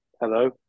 Hello